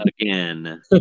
again